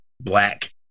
black